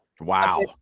Wow